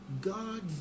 God